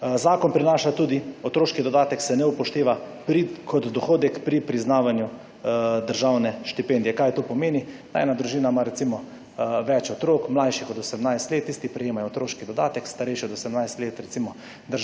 Zakon prinaša tudi, otroški dodatek se ne upošteva kot dohodek pri priznavanju državne štipendije. Kaj to pomeni? Ena družina ima recimo več otrok mlajših od 18 let, tisti prejemajo otroški dodatek, starejši od 18 let recimo